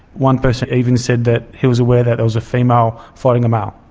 one person even said that he was aware that there was a female fighting a male.